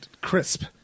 Crisp